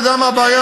אתה יודע מה הבעיה?